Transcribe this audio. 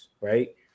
right